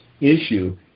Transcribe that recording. issue